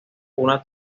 una